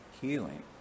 healing